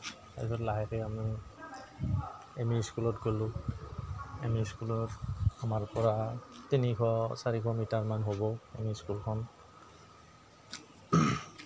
তাৰপিছত লাহেকৈ আমি এম ই স্কুলত গ'লোঁ এম ই স্কুলত আমাৰ পৰা তিনিশ চাৰিশ মিটাৰমান হ'ব এম ই স্কুলখন